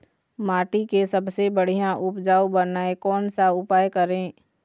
माटी के सबसे बढ़िया उपजाऊ बनाए कोन सा उपाय करें?